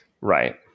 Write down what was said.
Right